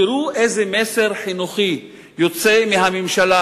תראו איזה מסר חינוכי יוצא מהממשלה